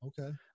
okay